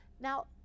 Now